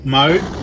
mode